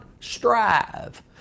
Strive